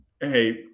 Hey